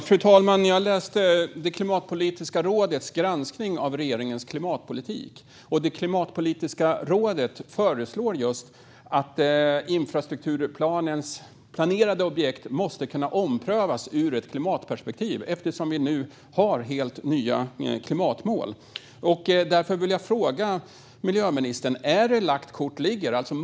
Fru talman! Jag läste Klimatpolitiska rådets granskning av regeringens klimatpolitik. Klimatpolitiska rådet föreslår just att infrastrukturplanens planerade objekt måste kunna omprövas ur ett klimatperspektiv eftersom det nu finns helt nya klimatmål. Är det lagt kort ligger, miljöministern?